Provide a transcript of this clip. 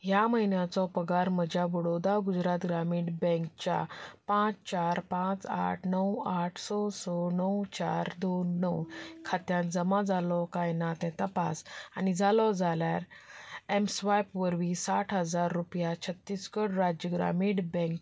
ह्या म्हयन्याचो पगार म्हज्या बडौदा गुजरात ग्रामीण बँकच्या पांच चार पांच आठ णव आठ स स णव चार दोन णव खात्यांत जमा जालो काय ना तें तपास आनी जालो जाल्यार एम स्वायप वरवीं साठ हजार रुपया छत्तीसगढ राज्य ग्रामीण बँक